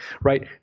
right